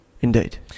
Indeed